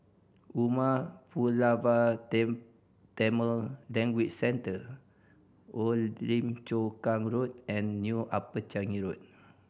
Umar Pulavar Tam Tamil Language Centre Old Lim Chu Kang Road and New Upper Changi Road